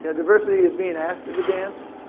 yeah diversity is being asked to the dance.